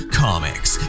comics